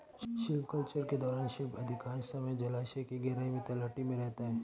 shrimp culture के दौरान shrimp अधिकांश समय जलायश की गहराई में तलहटी में रहता है